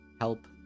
Help